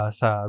sa